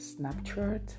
Snapchat